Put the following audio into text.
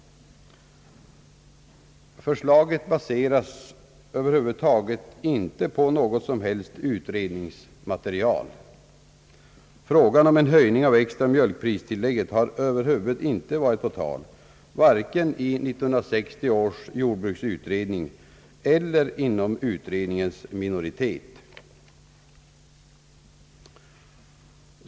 Förslaget baseras över huvud taget inte på något som helst utredningsmaterial. Frågan om en höjning av det extra mjölkpristillägget har över huvud taget inte varit på tal, vare sig i 1960 års jordbruksutredning eller inom utredningens minoritet.